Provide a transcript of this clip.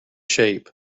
shape